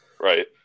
Right